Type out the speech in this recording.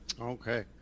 Okay